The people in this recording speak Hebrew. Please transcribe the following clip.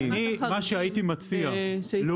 מה שהייתי מציע זה